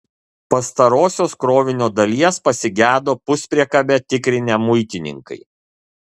pastarosios krovinio dalies pasigedo puspriekabę tikrinę muitininkai